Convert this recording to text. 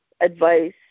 advice